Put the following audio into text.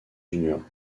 junior